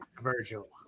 Virgil